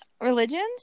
religions